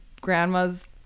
grandma's